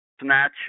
snatch